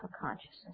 consciousness